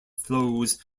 flows